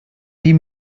die